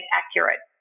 accurate